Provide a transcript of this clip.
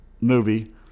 movie